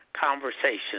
conversation